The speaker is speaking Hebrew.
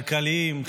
כלכליים,